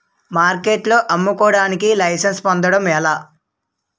మార్కెట్లో అమ్ముకోడానికి లైసెన్స్ పొందడం ఎలా?